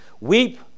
weep